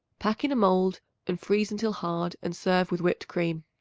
pack in a mold and freeze until hard and serve with whipped cream.